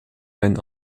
einen